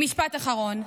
משפט אחרון.